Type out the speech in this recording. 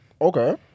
Okay